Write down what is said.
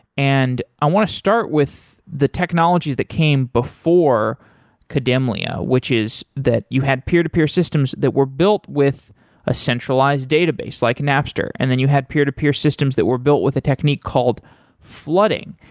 and i want to start with the technologies that came before kademlia, which is that you had peer-to-peer systems that were built with a centralized database, like napster, and then you had peer-to-peer systems that were built with a technique called flooding.